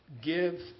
Give